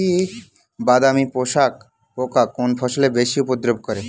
বাদামি শোষক পোকা কোন ফসলে বেশি উপদ্রব করে?